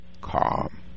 calm